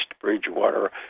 Bridgewater